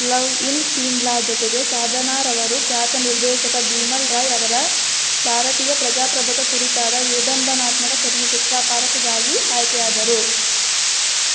love in Simla ಜೊತೆಗೆ ಸಾಧನಾರವರು ಖ್ಯಾತ ನಿರ್ದೇಶಕ ಭೀಮಲ್ ರಾಯ್ ಅವರ ಭಾರತೀಯ ಪ್ರಜಾಪ್ರಭುತ್ವ ಕುರಿತಾದ ವಿಡಂಬನಾತ್ಮಕ ಚಲನಚಿತ್ರ ಪರಖ್ಗಾಗಿ ಆಯ್ಕೆಯಾದರು